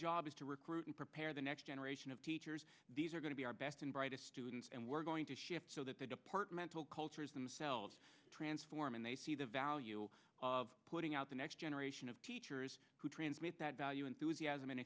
job is to recruit and prepare the next generation of teachers these are going to be our best and brightest students and we're going to shift so that they departmental cultures themselves transform and they see the value of putting out the next generation of teachers who transmit that value enthusiasm and